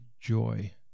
joy